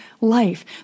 life